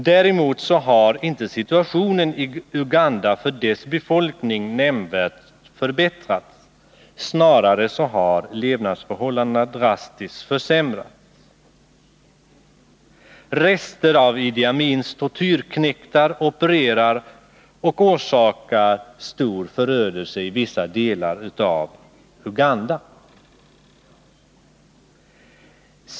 Däremot har inte situationen för befolkningen i Uganda nämnvärt förbättrats; snarare har levnadsförhållandena drastiskt försämrats. Rester av Idi Amins tortyrknektar opererar och orsakar stor förödelse i vissa delar av Uganda.